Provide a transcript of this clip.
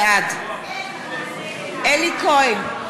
בעד אלי כהן,